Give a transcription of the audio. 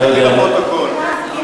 תסתכלי בפרוטוקול.